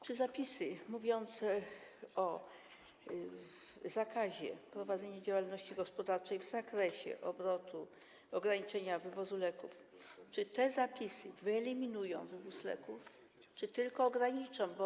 Czy zapisy mówiące o zakazie prowadzenia działalności gospodarczej w zakresie obrotu, ograniczenia wywozu leków wyeliminują wywóz leków, czy tylko ograniczą?